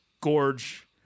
gorge